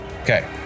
Okay